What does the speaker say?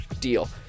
deal